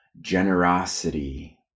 Generosity